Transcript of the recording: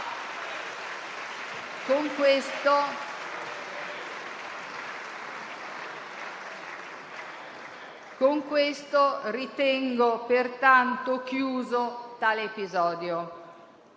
Con questo ritengo pertanto chiuso tale episodio.